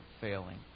failing